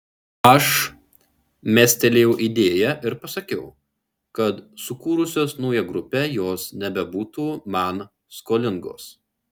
aš mestelėjau idėją ir pasakiau kad sukūrusios naują grupę jos nebebūtų man skolingos